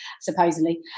supposedly